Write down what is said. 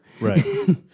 right